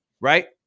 right